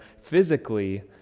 physically